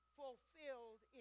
fulfilled